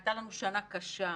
הייתה לנו שנה קשה,